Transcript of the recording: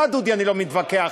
גם אתך אני לא מתווכח,